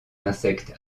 insectes